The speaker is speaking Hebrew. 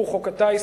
הוא חוק הטיס,